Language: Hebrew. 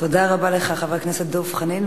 תודה רבה לך, חבר הכנסת דב חנין.